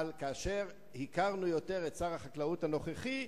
אבל כאשר הכרנו יותר את שר החקלאות הנוכחי,